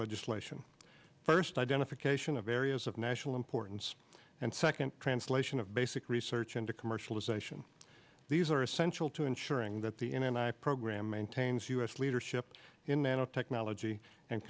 legislation first i didn't cation of areas of national importance and second translation of basic research into commercialization these are essential to ensuring that the in and i program maintains u s leadership in nanotechnology and